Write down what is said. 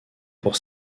pour